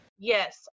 Yes